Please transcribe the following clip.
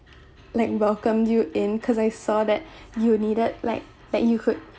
like welcome you in cause I saw that you needed like like that you could